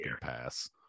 Pass